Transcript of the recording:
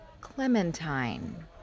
Clementine